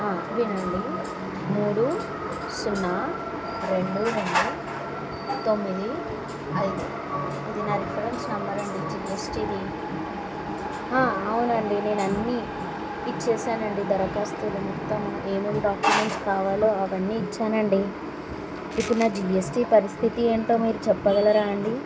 వినండి మూడు సున్నా రెండు రెండు తొమ్మిది ఐదు ఇది నా రిఫరెన్స్ నెంబర్ అండి జిఎస్టీ ఇది అవునండి నేను అన్నీ ఇచ్చాను అండి దరఖాస్తులు మొత్తం ఏమేమి డాక్యుమెంట్స్ కావాలో అవన్నీ ఇచ్చాను అండి ఇప్పు నా జిఎస్టీ పరిస్థితి ఏంటో మీరు చెప్పగలరా అండి